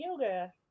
yoga